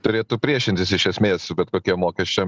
turėtų priešintis iš esmės bet kokiem mokesčiam